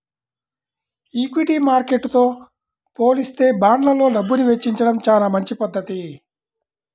equity మార్కెట్టుతో పోలిత్తే బాండ్లల్లో డబ్బుని వెచ్చించడం చానా మంచి పధ్ధతి